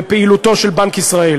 בפעילותו של בנק ישראל.